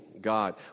God